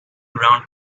round